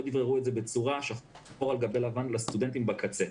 דבררו את זה שחור על גבי לבן לסטודנטים בקצה.